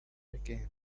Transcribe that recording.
again